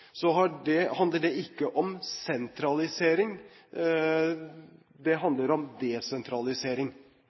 handler ikke det om sentralisering – det handler om desentralisering.